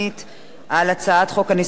על הצעת חוק הנישואין והגירושין,